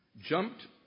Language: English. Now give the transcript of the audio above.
jumped